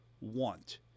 want